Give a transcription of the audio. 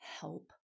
help